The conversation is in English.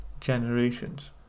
generations